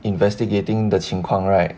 investigating the 情况 right